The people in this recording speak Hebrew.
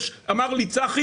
אמר לי צחי